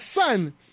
son